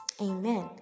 amen